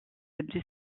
cette